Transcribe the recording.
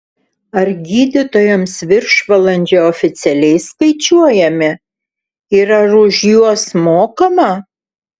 ar gydytojams viršvalandžiai oficialiai skaičiuojami ir ar už juos mokama